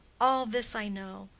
all this i know,